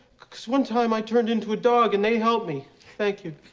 cause one time i turned into a dog and they helped me. thank you.